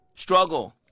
Struggle